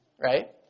Right